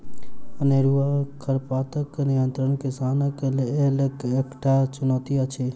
अनेरूआ खरपातक नियंत्रण किसानक लेल एकटा चुनौती अछि